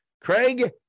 Craig